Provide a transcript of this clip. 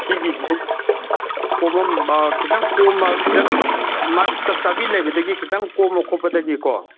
ꯁꯤꯒꯤꯁꯤꯗꯒꯤ ꯀꯣꯝꯂꯝꯕ ꯈꯤꯇꯪ ꯀꯣꯝꯕ ꯈꯤꯇꯪ ꯃꯥꯒꯤ ꯆꯞ ꯆꯥꯕꯤ ꯂꯩꯕꯗꯒꯤ ꯈꯤꯇꯪ ꯀꯣꯝꯕ ꯈꯣꯠꯄꯗꯒꯤꯀꯣ